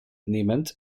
nehmend